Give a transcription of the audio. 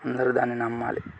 అందరూ దాన్ని నమ్మాలి